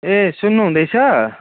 ए सुन्नुहुँदैछ